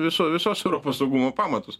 viso visos europos saugumo pamatus